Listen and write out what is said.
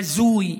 בזוי,